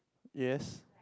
yes